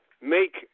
make